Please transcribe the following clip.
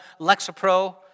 Lexapro